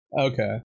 Okay